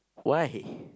why